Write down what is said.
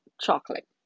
chocolate